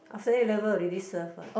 after A-level already serve what